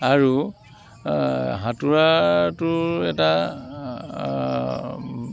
আৰু সাঁতোৰাটো এটা